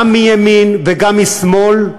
גם מימין וגם משמאל,